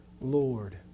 Lord